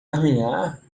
arranhar